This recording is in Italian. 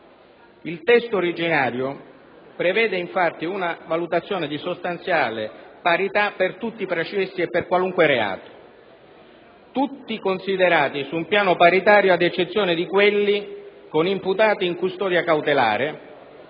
Il testo originario prevede infatti una valutazione di sostanziale parità per tutti i processi e per qualunque reato, tutti considerati su un piano paritario ad eccezione di quelli con imputati in custodia cautelare,